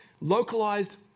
localized